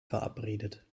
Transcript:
verabredet